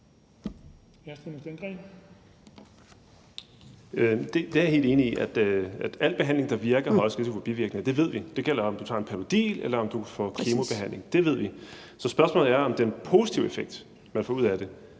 Jeg er helt enig i, at al behandling, der virker, også giver risiko for bivirkninger – det ved vi. Det gælder, om du tager en Panodil, eller om du får kemobehandling. Det ved vi. Så spørgsmålet er, om den positive effekt, man får ud af det,